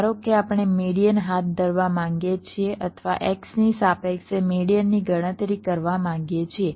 ધારો કે આપણે મેડીઅન હાથ ધરવા માંગીએ છીએ અથવા x ની સાપેક્ષે મેડીઅનની ગણતરી કરવા માંગીએ છીએ